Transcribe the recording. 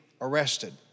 arrested